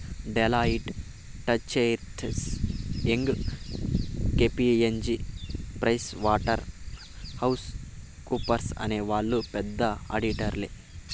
Deloitte, Touche Ernst, Young KPMG Price Waterhouse కూపర్స్అనే వాళ్ళు పెద్ద ఆడిటర్లే